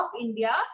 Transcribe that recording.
India